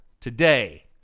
today